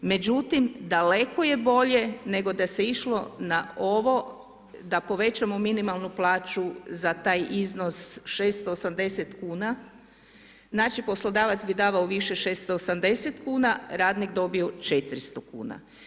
Međutim, daleko je bolje, nego da se išlo na ovo da povećamo minimalnu plaću za taj iznos 680,00 kn, znači, poslodavac bi davao više 680,00 kn, radnik dobiju 400,00 kn.